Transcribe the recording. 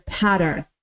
pattern